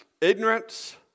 Ignorance